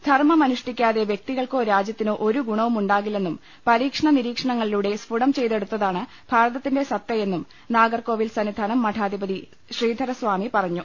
ധർമ്മം അനുഷ്ഠിക്കാതെ വ്യക്തികൾക്കോ രാജ്യത്തിനോ ഒരു ഗുണവും ഉണ്ടാകില്ലെന്നും പരീക്ഷണ നിരീക്ഷണങ്ങളിലൂടെ സ്എുട്ടം ചെയ്തെ ടുത്തതാണ് ഭാരതത്തിന്റെ സത്തയെന്നും നാഗർകോവിൽ സന്നിധാനം മഠാധിപതി ശ്രീധരസ്വാമി പറഞ്ഞു